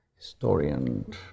historian